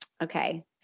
Okay